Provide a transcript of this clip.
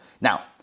Now